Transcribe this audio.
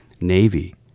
Navy